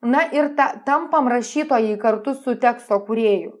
na ir ta tampam rašytojai kartu su teksto kūrėju